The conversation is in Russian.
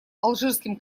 алжирским